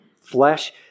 flesh